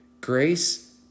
Grace